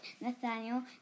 Nathaniel